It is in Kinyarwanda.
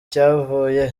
cyavuye